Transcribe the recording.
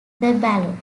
ballot